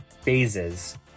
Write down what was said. phases